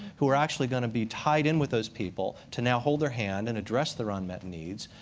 who are actually going to be tied in with those people, to now hold their hand and address their unmet needs.